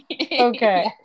Okay